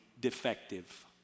defective